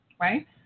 Right